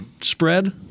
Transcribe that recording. spread